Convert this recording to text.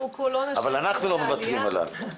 אבל אנחנו לא מוותרים עליו.